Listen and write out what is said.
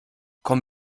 komm